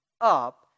up